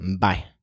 Bye